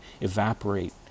evaporate